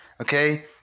Okay